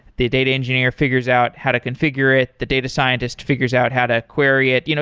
the data engineer figures out how to configure it. the data scientist figures out how to query it. you know